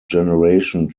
generation